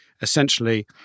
essentially